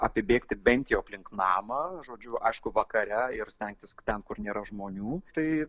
apibėgti bent jau aplink namą žodžiu aišku vakare ir stengtis kad ten kur nėra žmonių tai